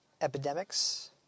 epidemics